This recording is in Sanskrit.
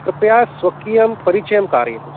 कृपया स्वकीयं परिचयं कारयतु